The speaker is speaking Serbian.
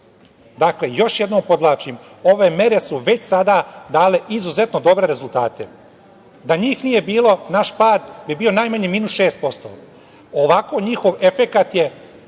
Dakle, još jednom podvlačim, ove mere su već sada dale izuzetno dobre rezultate. Da njih nije bilo naš pad bi bio najmanje minu šest posto. Ovako, njihov efekat je